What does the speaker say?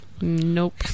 Nope